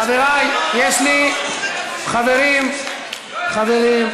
חבריי, יש לי, חברים, חברים.